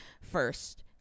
first